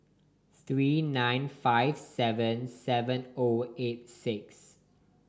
three nine five seven seven O eight six